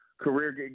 career